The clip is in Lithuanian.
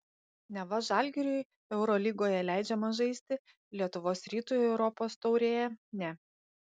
neva žalgiriui eurolygoje leidžiama žaisti lietuvos rytui europos taurėje ne